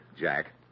Jack